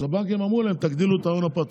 אז הבנקים אמרו להם: תגדילו את ההון הפרטי.